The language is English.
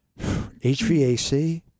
HVAC